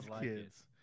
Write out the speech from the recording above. kids